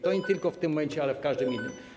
To nie tylko w tym momencie, ale w każdym innym.